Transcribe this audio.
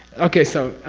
okay, so.